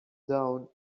down